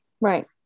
Right